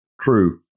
true